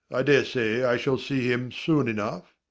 i dare say i shall see him soon enough.